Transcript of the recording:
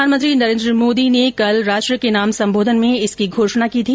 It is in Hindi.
प्रधानमंत्री नरेन्द्र मोदी ने कल राष्ट्र के नाम सम्बोधन में इसकी घोषणा की थी